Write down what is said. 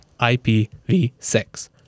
IPv6